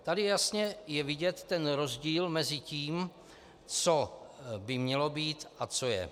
Tady je jasně vidět rozdíl mezi tím, co by mělo být a co je.